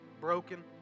broken